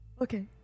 Okay